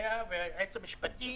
לאה והיועץ המשפטי,